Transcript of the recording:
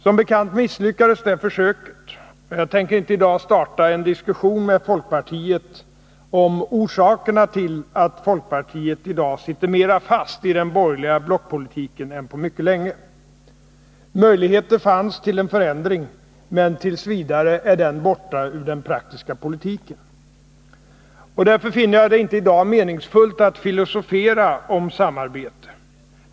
Som bekant misslyckades det försöket. Jag tänker inte i dag starta en diskussion med folkpartiet om orsakerna till att folkpartiet i dag sitter mera fast i den borgerliga blockpolitiken än på mycket länge. Möjligheter fanns till en förändring, men en sådan är t. v. borta ur den praktiska politiken. Därför finner jag det inte meningsfullt att i dag filosofera om samarbete.